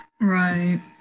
Right